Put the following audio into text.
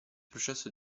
processo